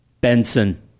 Benson